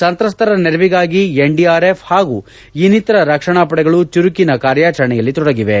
ಸಂತ್ರಸ್ತರ ನೆರವಿಗಾಗಿ ಎನ್ಡಿಆರ್ಎಫ್ ಹಾಗೂ ಇನ್ನಿತರ ರಕ್ಷಣಾಪಡೆಗಳು ಚುರುಕಿನ ಕಾರ್ಯಾಚರಣೆಯಲ್ಲಿ ತೊಡಗಿವೆ